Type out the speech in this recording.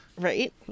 Right